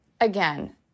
again